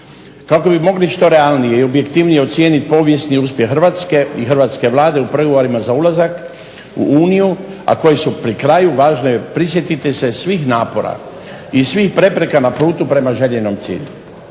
Kako bi mogli što realnije i objektivnije ocijeniti povijesni uspjeh Hrvatske i hrvatske Vlade u pregovorima za ulazak u Uniju, a koji su pri kraju važno je prisjetiti se svih napora i svih prepreka na putu prema željenom cilju.